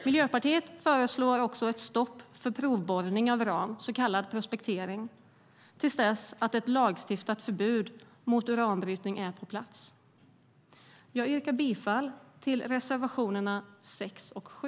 Miljöpartiet föreslår också ett stopp för provborrning av uran, så kallad prospektering, till dess att ett lagstiftat förbud mot uranbrytning är på plats. Jag yrkar bifall till reservationerna 6 och 7.